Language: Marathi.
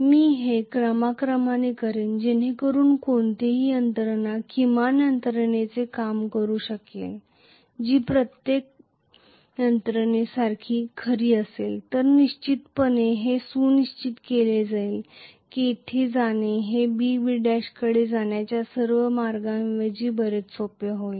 मी हे क्रमाक्रमाने करेन जेणेकरून कोणतीही यंत्रणा किमान यंत्रणेची कामे करू शकेल जी प्रत्येक यंत्रणेसाठी खरी असेल तर निश्चितपणे हे सुनिश्चित केले जाईल की येथे जाणे हे B B' कडे जाण्याच्या सर्व मार्गांऐवजी बरेच सोपे होईल